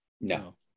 No